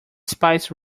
spicy